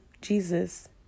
jesus